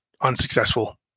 unsuccessful